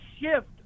shift